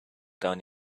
down